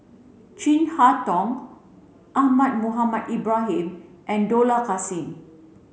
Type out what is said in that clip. Chin Harn Tong Ahmad Mohamed Ibrahim and Dollah Kassim